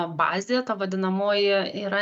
bazė ta vadinamoji yra